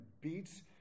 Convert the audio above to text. beats